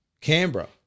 Canberra